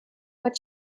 what